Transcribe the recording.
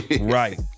Right